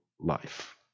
life